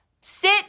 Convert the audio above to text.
sit